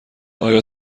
آیا